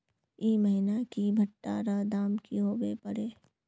ई महीना की भुट्टा र दाम की होबे परे?